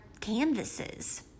canvases